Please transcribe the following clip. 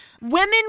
Women